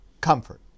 Comfort